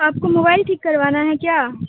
آپ کو موبائل ٹھیک کروانا ہے کیا